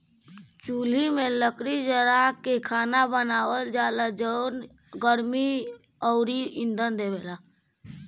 चुल्हि में लकड़ी जारा के खाना बनावल जाला जवन गर्मी अउरी इंधन देवेला